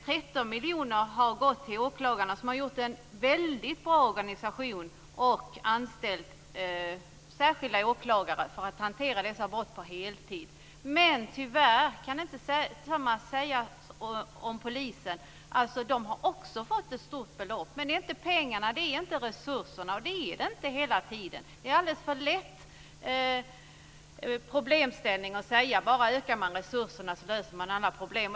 13 miljoner har gått till åklagarna, som har utvecklat en väldigt bra organisation och anställt särskilda åklagare på heltid för att hantera dessa brott. Men tyvärr kan man inte säga det om polisen. Polisen har också fått ett stort belopp. Men det är inte pengarna, det är inte resurserna det är fel på. Det är en alldeles för lätt problemlösning att säga att bara man ökar resurserna löses alla problem.